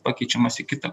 pakeičiamas į kitą